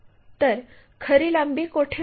तर खरी लांबी कोठे मिळेल